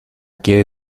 que